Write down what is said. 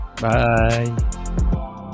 bye